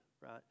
right